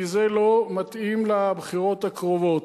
כי זה לא מתאים לבחירות הקרובות.